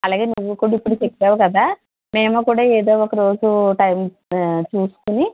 అలాగే నువ్వు కూడా ఇప్పుడు చెప్పావు కదా మేము కూడా ఏదో ఒక రోజు టైం చూసుకుని